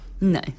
No